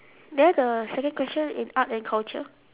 there the second question in art and culture